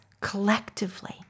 collectively